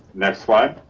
next slide.